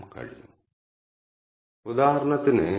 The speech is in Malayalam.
ഇതാണ് നമ്മൾ പ്രധാനമായും ചെയ്യുന്നത്